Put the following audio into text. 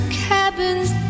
cabin's